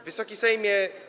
Wysoki Sejmie!